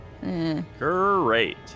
Great